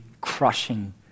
crushing